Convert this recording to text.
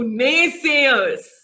naysayers